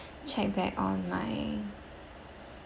check back on my